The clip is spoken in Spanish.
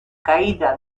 caída